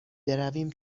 برویم